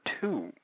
two